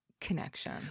connection